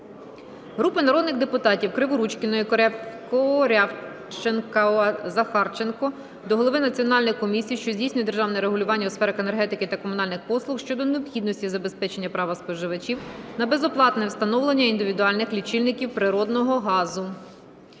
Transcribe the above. Групи народних депутатів (Криворучкіної, Корявченкова, Захарченка) до голови Національної комісії, що здійснює державне регулювання у сферах енергетики та комунальних послуг щодо необхідності забезпечення права споживачів на безоплатне встановлення індивідуальних лічильників природного газу.